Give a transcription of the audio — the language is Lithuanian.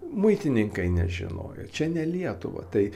muitininkai nežinojo čia ne lietuva tai